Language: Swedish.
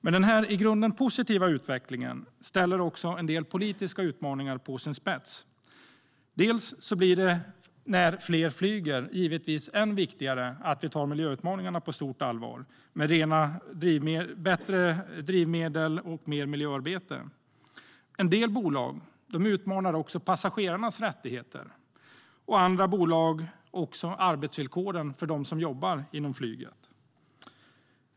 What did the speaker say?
Men denna i grunden positiva utveckling ställer också en del politiska utmaningar på sin spets. När allt fler flyger blir det givetvis ännu viktigare att vi tar miljöutmaningarna på stort allvar med bättre drivmedel och miljöarbete. En del bolag utmanar passagerarnas rättigheter eller arbetsvillkoren för dem som jobbar inom flyget.